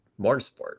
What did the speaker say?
motorsport